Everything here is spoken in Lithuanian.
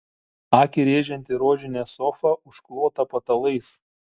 akį rėžianti rožinė sofa užklota patalais